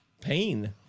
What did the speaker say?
pain